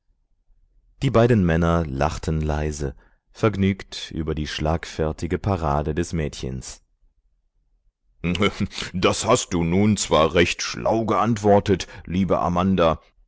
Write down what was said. die beiden männer lachten leise vergnügt über die schlagfertige parade des mädchens das hast du nun zwar recht schlau geantwortet liebe amanda